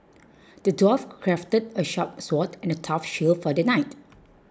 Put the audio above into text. the dwarf crafted a sharp sword and a tough shield for the knight